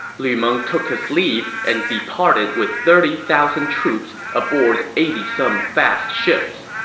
meng took his leave and departed with thirty thousand troops aboard eighty some fast ships.